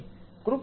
કૃપા કરીને